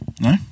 No